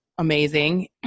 amazing